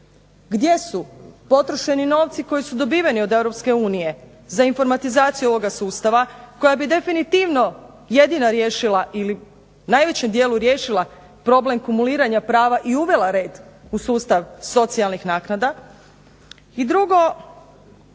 gdje su potrošeni novci koji su dobiveni od Europske unije za informatizaciju ovoga sustava, koja bi definitivno jedina riješila ili u najvećem dijelu riješila problem kumuliranja prava i uvela red u sustav socijalnih naknada. I drugo